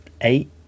eight